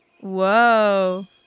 Whoa